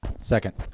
second.